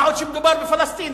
מה עוד שמדובר בפלסטינים.